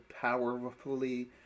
powerfully